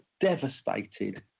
devastated